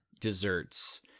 desserts